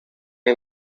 are